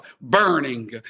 burning